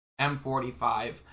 m45